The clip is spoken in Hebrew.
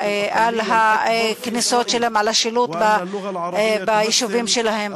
שלטי הכניסה שלהם, על השילוט ביישובים שלהם.